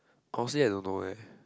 costly I don't know leh